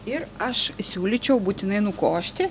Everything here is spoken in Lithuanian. ir aš siūlyčiau būtinai nukošti